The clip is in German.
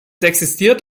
existiert